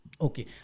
Okay